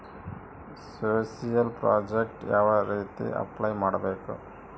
Social project ಯಾವ ರೇತಿ apply ಮಾಡಬೇಕು?